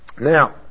Now